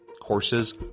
Courses